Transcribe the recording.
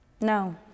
no